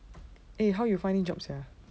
eh how you find jobs ah